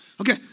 Okay